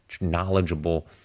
knowledgeable